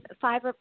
five